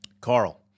carl